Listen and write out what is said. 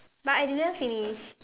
but I didn't finish